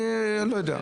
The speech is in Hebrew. אני לא יודע.